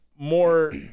more